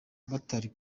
batari